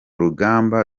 rugamba